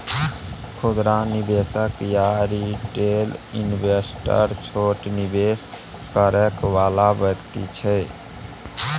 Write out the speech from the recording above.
खुदरा निवेशक या रिटेल इन्वेस्टर छोट निवेश करइ वाला व्यक्ति छै